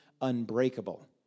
unbreakable